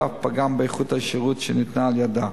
ואף פגם באיכות השירות שניתן על-ידה.